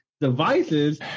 devices